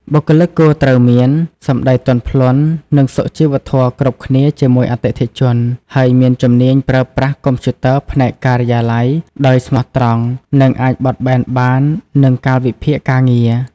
បុគ្គលិកគួរត្រូវមាន សំដីទន់ភ្លន់ និងសុជីវធម៌គ្រប់គ្នាជាមួយអតិថិជន ហើយមានជំនាញប្រើប្រាស់កុំព្យូទ័រផ្នែកការិយាល័យដោយស្មោះត្រង់ និងអាចបត់បែនបាននឹងកាលវិភាគការងារ។